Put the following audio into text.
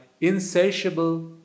insatiable